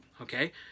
okay